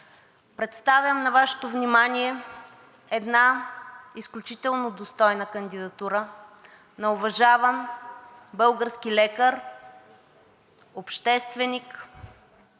Представям на Вашето внимание една изключително достойна кандидатура на уважаван български лекар, общественик,